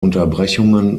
unterbrechungen